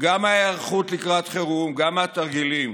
גם מההיערכות לקראת חירום, גם מהתרגילים,